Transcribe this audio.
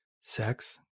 sex